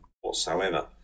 whatsoever